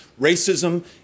racism